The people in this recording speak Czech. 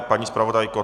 Paní zpravodajko?